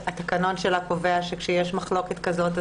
התקנון שלה קובע שכשיש מחלוקת כזאת,